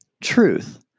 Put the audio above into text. truth